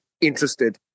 interested